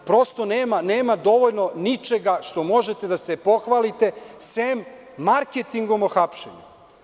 Prosto nema dovoljno ničega čime možete da se pohvalite, osim marketingom o hapšenju.